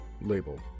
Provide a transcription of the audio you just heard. Label